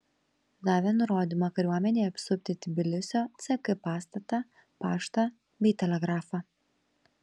davė nurodymą kariuomenei apsupti tbilisio ck pastatą paštą bei telegrafą